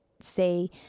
say